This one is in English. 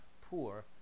poor